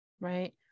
Right